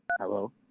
Hello